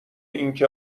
اینکه